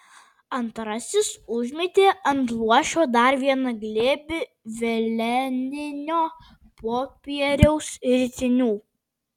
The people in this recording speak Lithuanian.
antrasis užmetė ant luošio dar vieną glėbį veleninio popieriaus ritinių